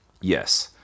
yes